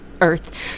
earth